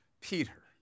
Peter